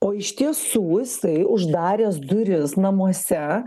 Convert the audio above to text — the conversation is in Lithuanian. o iš tiesų jisai uždaręs duris namuose